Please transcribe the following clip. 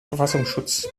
verfassungsschutz